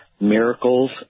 Miracles